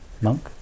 monk